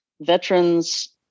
veterans